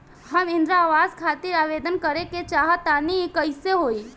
हम इंद्रा आवास खातिर आवेदन करे क चाहऽ तनि कइसे होई?